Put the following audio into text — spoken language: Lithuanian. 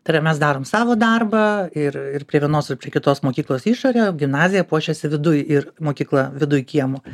tai yra mes darom savo darbą ir ir prie vienos ir prie kitos mokyklos išorėje o gimnazija puošiasi viduj ir mokykla viduj kiemo